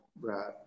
right